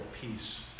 peace